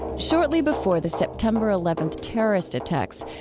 shortly before the september eleventh terrorist attacks,